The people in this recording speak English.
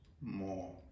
more